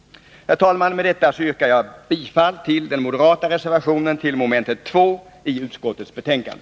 Herr talman! Med detta yrkar jag bifall till den moderata reservationen vid mom. 2 i utskottets betänkande.